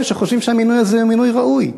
שחושבים שהמינוי הזה הוא מינוי ראוי.